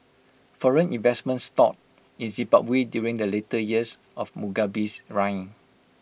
foreign investment stalled in Zimbabwe during the later years of Mugabe's reign